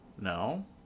No